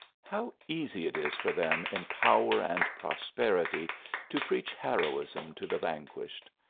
how easy it is for them in power and prosperity to preach heroism to the vanquished!